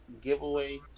giveaway